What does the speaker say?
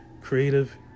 creative